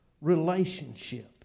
relationship